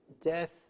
Death